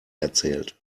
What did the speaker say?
erzählt